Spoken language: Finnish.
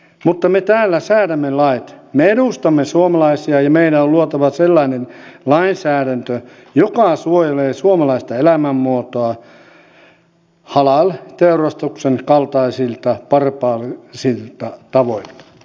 mutta me täällä säädämme lait me edustamme suomalaisia ja meidän on luotava sellainen lainsäädäntö joka suojelee suomalaista elämänmuotoa halal teurastuksen kaltaisilta barbaarisilta tavoilta